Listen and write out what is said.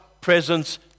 presence